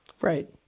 Right